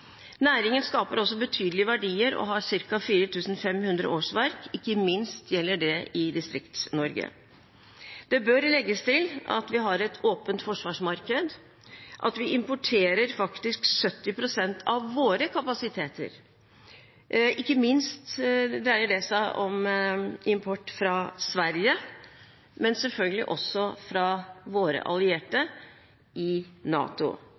Næringen skaper også betydelige verdier og har ca. 4 500 årsverk, ikke minst gjelder det i Distrikts-Norge. Det bør legges til at vi har et åpent forsvarsmarked, at vi faktisk importerer 70 pst. av våre kapasiteter. Ikke minst dreier det seg om import fra Sverige, men selvfølgelig også fra våre allierte i NATO.